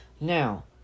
Now